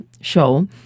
show